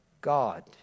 God